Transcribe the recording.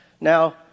now